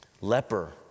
leper